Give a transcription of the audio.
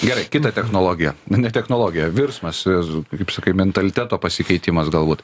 gerai kitą technologiją na ne technologiją virsmas iz kaip sakai mentaliteto pasikeitimas galbūt